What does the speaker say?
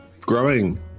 growing